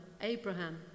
Abraham